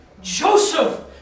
Joseph